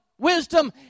Wisdom